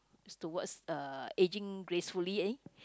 towards uh ageing gracefully eh